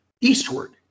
eastward